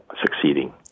succeeding